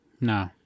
No